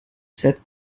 cette